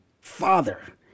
father